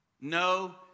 No